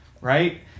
right